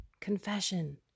confession